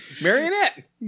Marionette